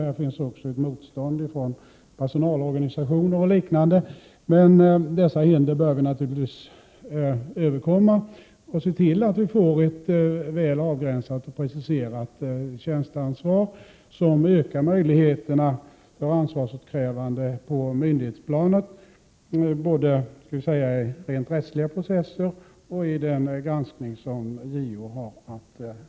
Det finns också ett motstånd från personalorganisationer och liknande. Men dessa hinder bör vi naturligtvis klara av och se till att vi får ett väl avgränsat och preciserat tjänsteansvar som ökar möjligheterna för ett ansvarsutkrävande på myndighetsplanet både vid rent rättsliga processer och vid den granskning som JO har att utföra.